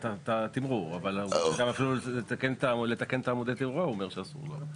התמרור אבל גם לתקן עמודי תאורה הוא אומר שאסור לו.